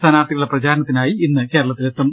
സ്ഥാനാർഥികളുടെ പ്രചാര ണത്തിനായി ഇന്ന് കേരളത്തിലെത്തും